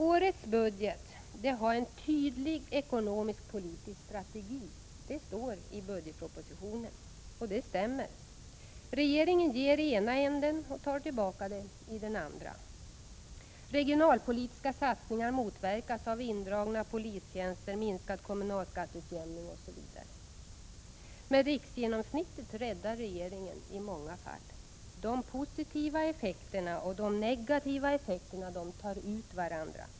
Årets budget har en tydlig ekonomisk-politisk strategi — det står i budgetpropositionen, och det stämmer. Regeringen ger i ena änden och tar tillbaka i den andra. Regionalpolitiska satsningar motverkas av indragna polistjänster, minskad kommunalskatteutjämning osv. Men riksgenomsnittet räddar regeringen i många fall. De positiva effekterna och de negativa effekterna tar ut varandra.